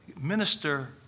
minister